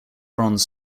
bronze